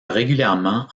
régulièrement